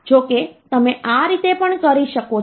જો કે તમે આ રીતે પણ કરી શકો છો